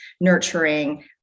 nurturing